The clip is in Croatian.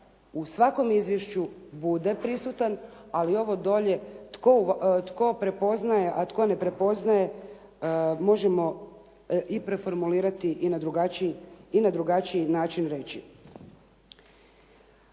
u svakom izvješću bude prisutan, ali ovo dolje tko prepoznaje, a tko ne prepoznaje možemo i preformulirati i na drugačiji način reći.